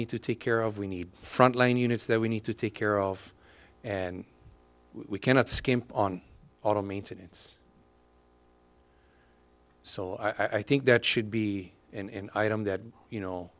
need to take care of we need front line units that we need to take care of and we cannot skimp on auto maintenance so i think that should be in item that you know